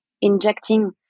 injecting